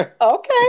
Okay